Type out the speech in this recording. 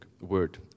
word